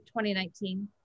2019